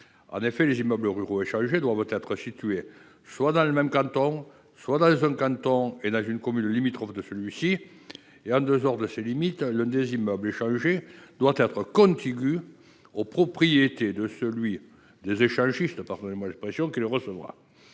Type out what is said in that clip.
: les immeubles ruraux échangés doivent être situés soit dans le même canton, soit dans un canton et dans une commune limitrophe de celui ci et, en dehors de ces limites, l’un des immeubles échangés doit être contigu aux propriétés de celui qui le recevra.